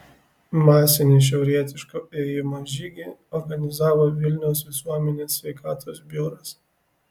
masinį šiaurietiško ėjimo žygį organizavo vilniaus visuomenės sveikatos biuras